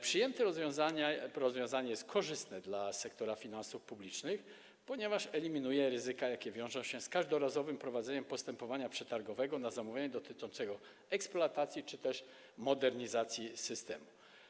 Przyjęte rozwiązanie jest korzystne dla sektora finansów publicznych, ponieważ eliminuje ryzyka, jakie wiążą się z każdorazowym prowadzeniem postępowania przetargowego na zamówienia dotyczące eksploatacji czy też modernizacji systemu.